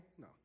No